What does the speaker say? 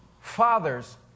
fathers